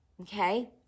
Okay